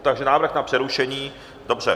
Takže návrh na přerušení, dobře.